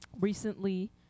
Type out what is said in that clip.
recently